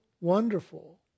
wonderful